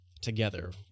together